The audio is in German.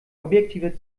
objektiver